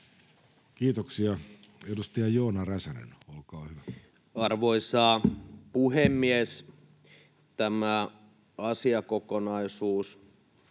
Kiitoksia. — Edustaja Joona Räsänen, olkaa hyvä. Arvoisa puhemies! Tämä asiakokonaisuus